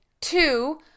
Two